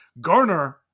Garner